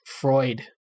Freud